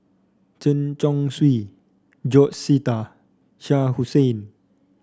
Chen Chong Swee George Sita Shah Hussain